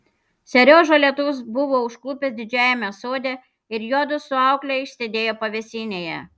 seriožą lietus buvo užklupęs didžiajame sode ir juodu su aukle išsėdėjo pavėsinėje